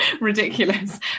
ridiculous